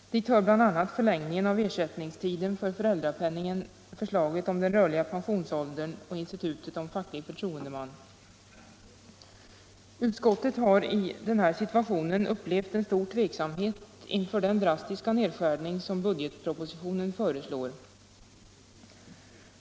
Dit hör bl.a. förlängningen av ersättningstiden för föräldrapenningen, förslaget om den rörliga pensionsåldern och institutet facklig förtroendeman. Utskottet har i den här situationen upplevt en stor tveksamhet inför den drastiska nedskärning som budgetpropositionen föreslår.